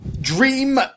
dream